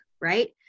right